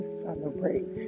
celebrate